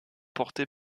porté